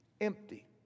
empty